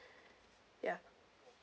ya